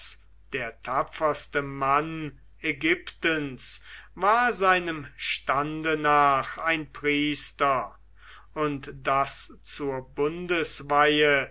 der tapferste mann ägyptens war seinem stande nach ein priester und daß zur